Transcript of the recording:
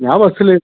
ഞാൻ ബസ്സിൽ